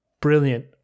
Brilliant